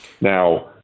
Now